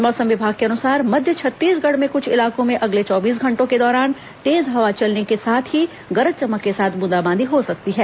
मौसम विभाग के अनुसार मध्य छत्तीसगढ़ में कुछ इलाकों में अगले चौबीस घंटों के दौरान तेज हवा चलने के साथ ही े गरज चमक के साथ बूंदाबांदी हो सकती है